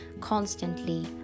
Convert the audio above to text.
constantly